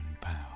power